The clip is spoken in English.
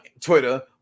Twitter